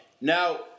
now